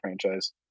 franchise